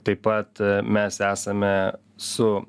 taip pat mes esame su